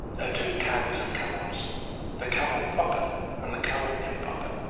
there are two kinds of camels the camel proper and the camel improper.